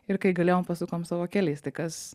ir kai galėjom pasukom savo keliais tai kas